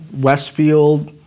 Westfield